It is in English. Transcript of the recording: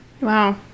Wow